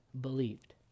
believed